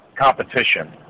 competition